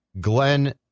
Glenn